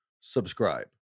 Subscribe